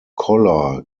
collar